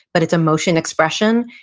but it's emotion expression,